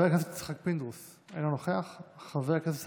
חבר הכנסת יצחק פינדרוס,